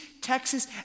Texas